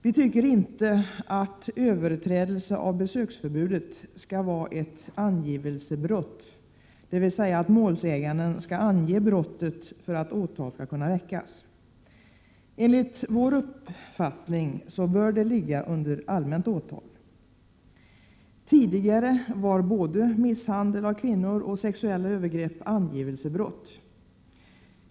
Vi tycker inte att överträdelse av besöksförbudet skall vara ett angivelsebrott, dvs. att målsäganden måste ange brottet för att åtal skall kunna väckas. Enligt vår uppfattning bör detta ligga under allmänt åtal. Tidigare var både misshandel av kvinnor och sexuella övergrepp angivelsebrott.